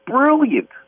brilliant